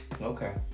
Okay